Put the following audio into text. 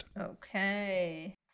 Okay